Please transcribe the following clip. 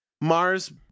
Mars